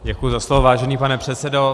Děkuji za slovo, vážený pane předsedo.